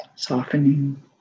softening